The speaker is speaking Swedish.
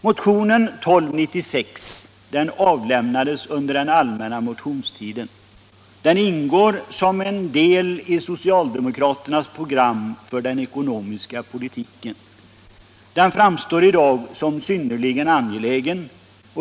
Motionen 1296 avlämnades under den allmänna motionstiden. Den ingår som en del i socialdemokraternas program för den ekonomiska politiken, och den framstår i dag som synnerligen angelägen.